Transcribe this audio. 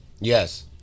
yes